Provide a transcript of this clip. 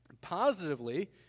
positively